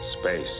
Space